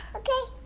ok